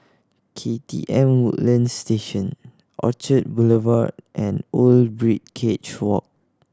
K T M Woodlands Station Orchard Boulevard and Old Birdcage Walk